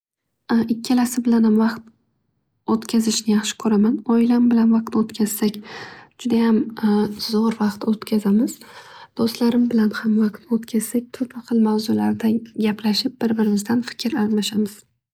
Ikkalasi bilanam vaqt o'tkazishni yaxshi ko'raman. Oilam bilan vaqt o'tkazsak, judayam zo'r vaqt o'tkazamiz. Do'stlarim bilan ham vaqt o'tkazsak, turli xil mavzularda gaplashib bir biriizdan fikr almashamiz.